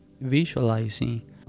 visualizing